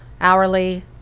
hourly